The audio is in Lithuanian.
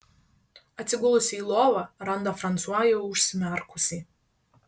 atsigulusi į lovą randa fransua jau užsimerkusį